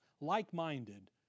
like-minded